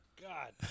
God